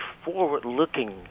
forward-looking